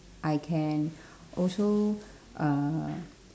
I can also uh